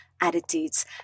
attitudes